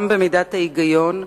גם במידת ההיגיון,